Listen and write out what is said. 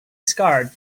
scarred